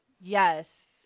Yes